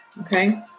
Okay